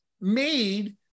made